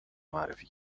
معرفی